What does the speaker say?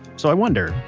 so i wonder,